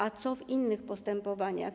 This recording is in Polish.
A co w innych postępowaniach?